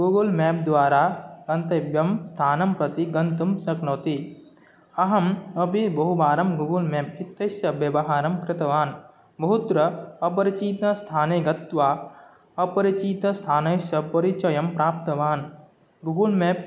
Google map द्वारा गन्तव्यं स्थानं प्रति गन्तुं शक्नोति अहम् अपि बहुवारं गूगल् मेप् इत्यस्य व्यवहारं कृतवान् बहुत्र अपरिचितस्थाने गत्वा अपरिचितस्थानस्य परिचयं प्राप्तवान् गूगल् मेप्